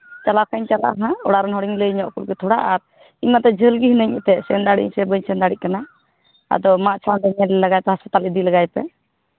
ᱪᱟᱞᱟᱣ ᱠᱷᱟᱱ ᱤᱧ ᱪᱟᱞᱟᱜᱼᱟ ᱦᱟᱸᱜ ᱚᱲᱟᱜ ᱨᱮᱱ ᱦᱚᱲᱤᱧ ᱞᱟᱹᱭ ᱧᱚᱜ ᱟᱠᱚ ᱜᱮ ᱛᱷᱚᱲᱟ ᱟᱨ ᱤᱧ ᱢᱟᱛᱚ ᱡᱷᱟᱹᱞ ᱜᱮ ᱦᱤᱱᱟᱹᱧ ᱮᱱᱛᱮᱫ ᱥᱮᱱ ᱫᱟᱲᱮᱭᱟ ᱟᱹᱧ ᱥᱮ ᱵᱟᱹᱧ ᱥᱮᱱ ᱫᱟᱲᱮᱭᱟᱜ ᱠᱟᱱᱟ ᱟᱫᱚ ᱢᱟ ᱟᱪᱪᱷᱟ ᱜᱟᱹᱰᱤ ᱞᱟᱜᱟᱭ ᱯᱮ ᱦᱟᱸᱥᱯᱟᱛᱟᱞ ᱤᱫᱤ ᱞᱮᱜᱟᱭᱮᱯᱮ